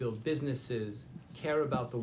עליתי לארץ מליטא בשנת 1972 וכל